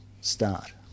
start